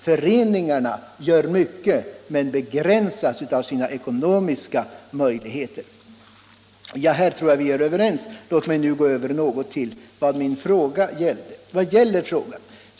Föreningarna gör mycket men insatsen begränsas av deras ekonomiska möjligheter. Om detta tror jag som sagt att vi är överens. Låt mig nu gå över till min fråga. Vad gäller den då?